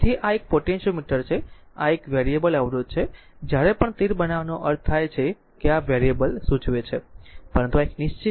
તેથી આ એક પોટેન્ટીયોમીટર છે અને આ વેરિયેબલ અવરોધ છે જ્યારે પણ તીર બનાવવાનો અર્થ થાય છે કે આ વેરિયેબલ સૂચવે છે પરંતુ આ એક નિશ્ચિત છે